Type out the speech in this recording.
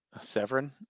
Severin